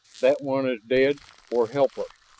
that one is dead or helpless!